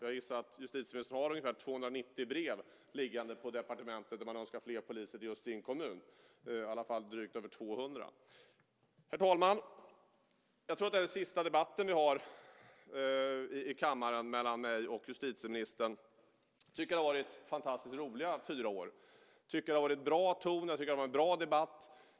Jag gissar att justitieministern har ungefär 290 brev liggande på departementet där folk önskar fler poliser just i sin kommun, i alla fall över 200. Herr talman! Jag tror att det här är sista debatten vi har i denna kammare mellan mig och justitieministern. Jag tycker att det har varit fantastiskt roliga fyra år. Jag tycker att det har varit en bra ton och en bra debatt.